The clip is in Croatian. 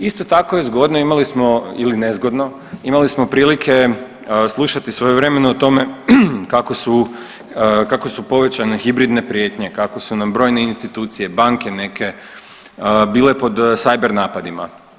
Isto tako je zgodno imali smo ili nezgodno, imali smo prilike slušati svojevremeno o tome kako su povećane hibridne prijetnje, kako su nam brojne institucije banke neke bile pod cyber napadima.